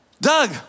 Doug